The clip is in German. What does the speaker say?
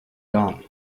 jahren